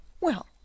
Well